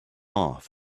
off